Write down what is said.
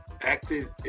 acted